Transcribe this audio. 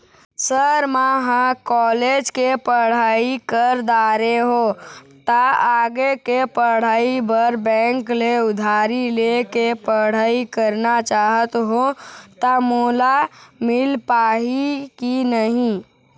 Sir म ह college के पढ़ाई कर दारें हों ता आगे के पढ़ाई बर बैंक ले उधारी ले के पढ़ाई करना चाहत हों ता मोला मील पाही की नहीं?